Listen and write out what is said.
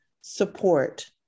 support